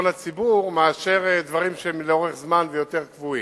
הציבור מאשר דברים שהם לאורך זמן ויותר קבועים.